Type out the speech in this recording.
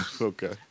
Okay